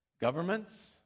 governments